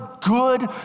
good